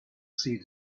see